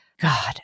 God